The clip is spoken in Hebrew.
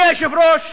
אדוני היושב-ראש,